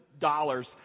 dollars